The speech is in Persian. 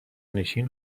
نشین